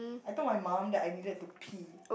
I told my mum that I needed to pee